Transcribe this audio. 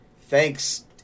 thanks